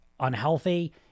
unhealthy